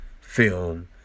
film